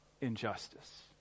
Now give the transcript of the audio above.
injustice